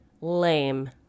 Lame